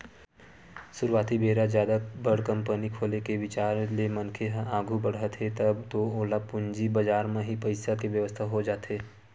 सुरुवाती बेरा जादा बड़ कंपनी खोले के बिचार ले मनखे ह आघू बड़हत हे तब तो ओला पूंजी बजार म ही पइसा के बेवस्था हो जाथे